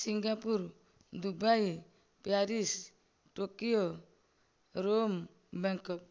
Singapore Dubai Paris Tokyo Rome Bangkok